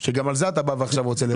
שגם על זה אתה בא ועכשיו -- לא,